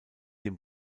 dem